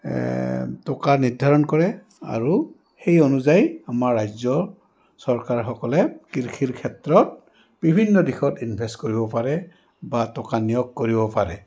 টকা নিৰ্ধাৰণ কৰে আৰু সেই অনুযায়ী আমাৰ ৰাজ্যৰ চৰকাৰসকলে কৃষিৰ ক্ষেত্ৰত বিভিন্ন দিশত ইনভেষ্ট কৰিব পাৰে বা টকা নিয়োগ কৰিব পাৰে